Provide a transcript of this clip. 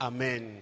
Amen